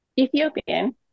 Ethiopian